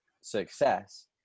success